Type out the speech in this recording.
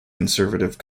conservative